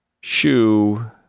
shoe